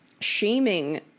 shaming